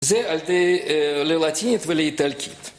זה על-ידי ללטינית ולאיטלקית